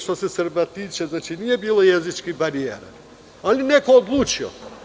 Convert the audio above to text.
Što se Srba tiče, znači nije bilo jezičkih barijera, ali je neko odlučio.